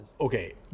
okay